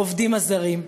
העובדים הזרים.